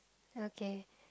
okay